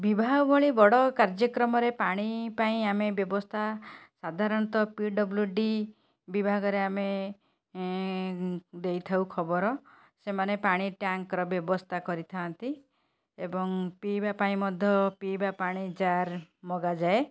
ବିବାହ ଭଳି ବଡ଼ କାର୍ଯ୍ୟକ୍ରମରେ ପାଣି ପାଇଁ ଆମେ ବ୍ୟବସ୍ଥା ସାଧାରଣତଃ ପି ଡ଼ବ୍ଲୁ ଡ଼ି ବିଭାଗରେ ଆମେ ଦେଇଥାଉ ଖବର ସେମାନେ ପାଣି ଟ୍ୟାଙ୍କ୍ର ବ୍ୟବସ୍ଥା କରିଥାନ୍ତି ଏବଂ ପିଇବା ପାଇଁ ମଧ୍ୟ ପିଇବା ପାଣି ଜାର୍ ମଗାଯାଏ